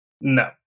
No